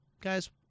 guys